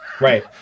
right